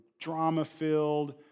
drama-filled